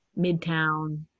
midtown